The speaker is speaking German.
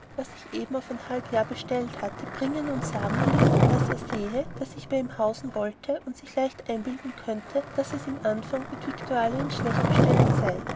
das ich eben auf ein halb jahr bestellet hatte bringen und sagen ließ weil er sehe daß ich bei ihm hausen wollte und sich leicht einbilden könnte daß es im anfang mit viktualien schlecht bestellet sei